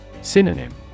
Synonym